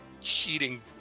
cheating